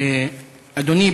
אדוני,